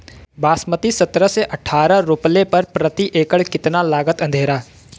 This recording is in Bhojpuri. बासमती सत्रह से अठारह रोपले पर प्रति एकड़ कितना लागत अंधेरा?